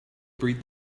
breed